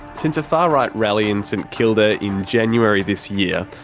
since a far right rally in st kilda in january this year,